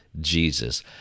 Jesus